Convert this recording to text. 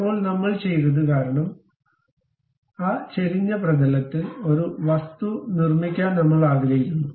ഇപ്പോൾ നമ്മൾ ചെയ്തത് കാരണം ആ ചെരിഞ്ഞ പ്രതലത്തിൽ ഒരു വസ്തു നിർമ്മിക്കാൻ നമ്മൾ ആഗ്രഹിക്കുന്നു